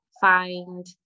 find